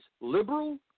liberal